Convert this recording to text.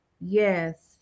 Yes